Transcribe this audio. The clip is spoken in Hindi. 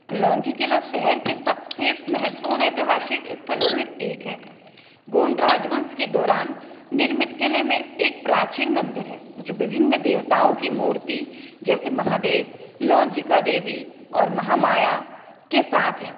लांजी किला शहर के सबसे महत्वपूर्ण ऐतिहासिक स्थलों में एक है गोंड राजवंश के दौरान निर्मित किले में एक प्राचीन मंदिर है जो विभिन्न देवताओं की मूर्ति जैसे महादेव लांजी का देवी और महामाया के साथ हैं